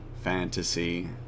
fantasy